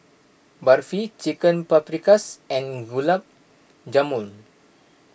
Barfi Chicken Paprikas and Gulab Jamun